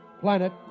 Planet